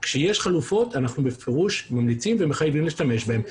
כשיש חלופות אנחנו בפירוש ממליצים ומחייבים להשתמש בהם.